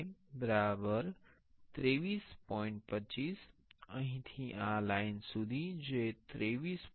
25 અહીંથી આ લાઇન સુધી જે 23